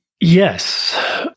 Yes